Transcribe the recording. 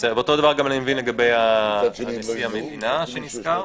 אותו הדבר לגבי נשיא המדינה, אני מבין.